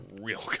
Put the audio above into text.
real